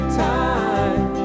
time